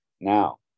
Now